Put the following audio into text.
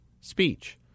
speech